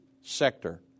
sector